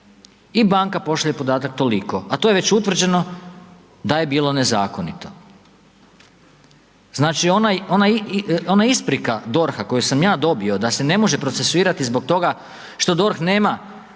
i banka pošalje podatak toliko, a to je već utvrđeno da je bilo nezakonito. Znači ona isprika DORH-a koju sam ja dobio da se ne može procesuirati zbog toga što DORH nema